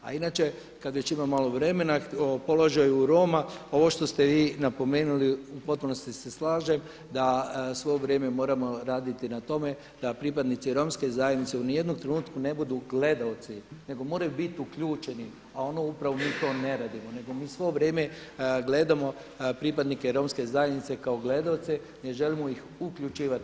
A inače kad već imam malo vremena o položaju Roma, ovo što ste vi napomenuli u potpunosti se slažem da svo vrijeme moramo raditi na tome da pripadnici romske zajednice u ni jednom trenutku ne budu gledaoci, nego moraju bit uključeni, a ono upravo mi to ne radimo, nego mi svo vrijeme gledamo pripadnike romske zajednice kao gledaoce, ne želimo ih uključivati.